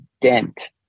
dent